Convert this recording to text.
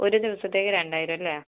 ഒരു ദിവസത്തേക്ക് രണ്ടായിരം അല്ലേ